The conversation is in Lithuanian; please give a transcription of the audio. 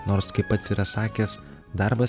nors kaip pats yra sakęs darbas